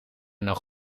nog